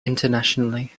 internationally